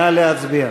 נא להצביע.